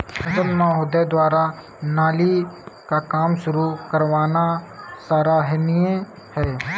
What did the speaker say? सांसद महोदय द्वारा नाली का काम शुरू करवाना सराहनीय है